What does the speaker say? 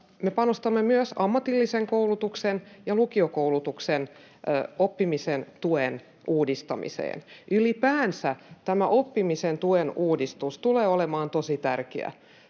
panostamme myös ammatillisen koulutuksen ja lukiokoulutuksen oppimisen tuen uudistamiseen. Ylipäänsä tämä oppimisen tuen uudistus tulee olemaan tosi tärkeä.